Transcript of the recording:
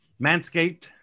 Manscaped